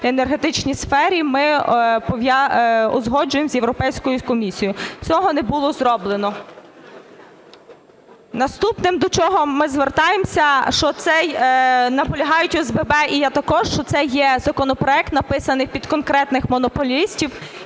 енергетичній сфері, ми узгоджуємо з Європейською комісією. Цього не було зроблено. Наступне, до чого ми звертаємося, наполягають ОСББ і я також, що це є законопроект, написаний під конкретних монополістів